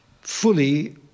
fully